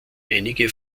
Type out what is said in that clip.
einige